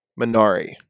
Minari